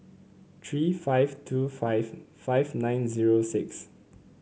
three five two five five nine zero six